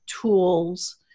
tools